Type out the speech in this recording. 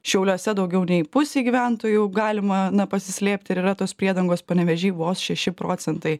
šiauliuose daugiau nei pusei gyventojų galima na pasislėpti ir yra tos priedangos panevėžy vos šeši procentai